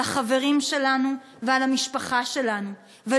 על החברים שלנו ועל המשפחה שלנו,